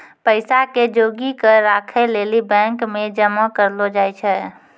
पैसा के जोगी क राखै लेली बैंक मे जमा करलो जाय छै